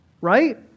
right